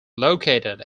located